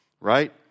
Right